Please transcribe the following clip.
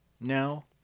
now